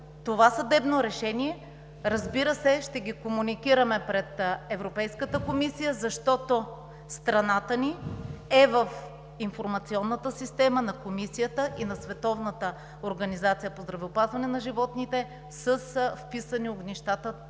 това съдебно решение, разбира се, ще ги комуникираме пред Европейската комисия, защото страната ни е в информационната система на Комисията и на Световната организация по здравеопазване на животните с вписани огнищата за